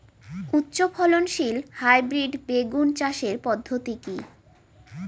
উচ্চ ফলনশীল হাইব্রিড বেগুন চাষের পদ্ধতি কী?